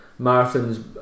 marathons